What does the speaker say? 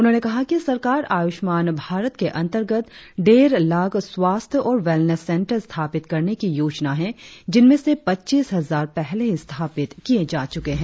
उन्होंने कहा कि सरकार आयुष्मान भारत के अंतर्गत डेढ़ लाख़ स्वास्थ्य और वेलनेस सेंटर स्थापित करने की योजना है जिनमें से पच्चीस हजार पहले ही स्थापित किये जा चुके हैं